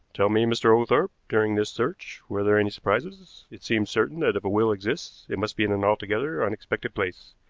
tell me, mr. oglethorpe, during this search were there any surprises? it seems certain that if a will exists it must be in an altogether unexpected place.